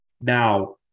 Now